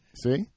See